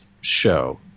show